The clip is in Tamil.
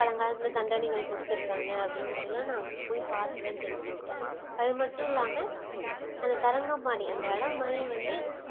பழங்காலத்தில் தண்டனைகள் கொடுத்துருக்காங்க அப்படிங்குறதெல்லாம் நான் அங்கே போய் பார்த்துதான் தெரிஞ்சுக்கிட்டேன் அதுமட்டும் இல்லாமல் அந்த தரங்கம்பாடி அந்த இடம் மாதிரி வந்து